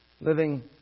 Living